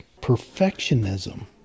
perfectionism